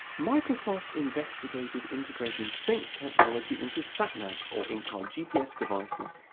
microsoft investigated integrating sync technology into sat navs or in-car gps devices,